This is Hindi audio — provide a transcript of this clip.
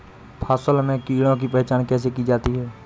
फसल में कीड़ों की पहचान कैसे की जाती है?